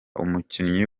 umukinnyi